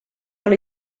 dans